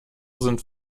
sind